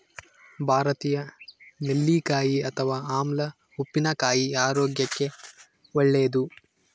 ಭಾರತೀಯ ನೆಲ್ಲಿಕಾಯಿ ಅಥವಾ ಆಮ್ಲ ಉಪ್ಪಿನಕಾಯಿ ಆರೋಗ್ಯಕ್ಕೆ ಒಳ್ಳೇದು